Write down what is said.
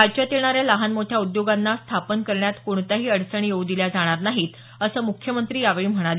राज्यात येणाऱ्या लहान मोठ्या उद्योगांना स्थापन करण्यात कोणत्याही अडचणी येऊ दिल्या जाणार नाहीत असं मुख्यमंत्री यावेळी म्हणाले